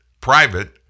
private